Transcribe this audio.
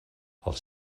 els